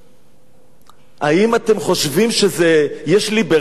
האם אתם חושבים שיש ליברליות בעניין הזה?